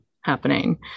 happening